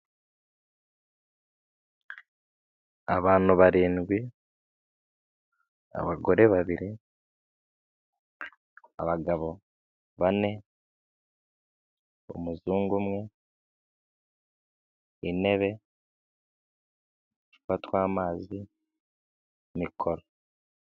Abantu barindwi, abagore babiri, abagabo bane, umuzungu umwe, intebe, uducupa twamazi, mikoro.